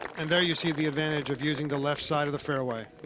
and there you see the advantage of using the left side of the fairway.